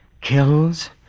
kills